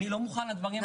אני לא מוכן לדברים האלה.